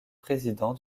président